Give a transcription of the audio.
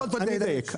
אבל קודם תדייק.